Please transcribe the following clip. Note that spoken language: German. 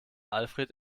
alfred